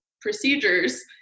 procedures